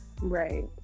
Right